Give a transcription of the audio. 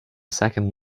second